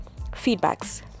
feedbacks